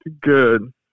good